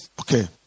okay